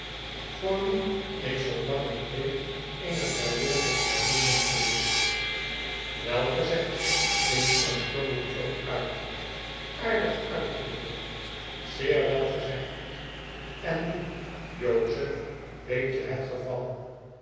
voor wien ik zoo lang ik leef eene vrijwillige slavin ben geweest wel gezegd riep oom pumblechook uit aardig uitgedrukt zeer wel gezegd en nu jozef weet je het geval